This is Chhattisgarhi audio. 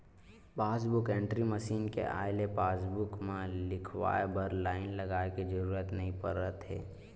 पासबूक एंटरी मसीन के आए ले पासबूक म लिखवाए बर लाईन लगाए के जरूरत नइ परत हे